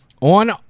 On